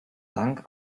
dank